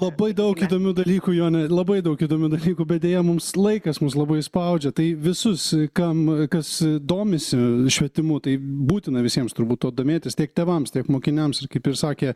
labai daug įdomių dalykų jone labai daug įdomių dalykų bet deja mums laikas mus labai spaudžia tai visus kam kas domisi švietimu tai būtina visiems turbūt tuo domėtis tiek tėvams tiek mokiniams ir kaip ir sakė